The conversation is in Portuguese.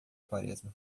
quaresma